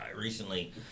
recently